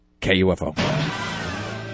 KUFO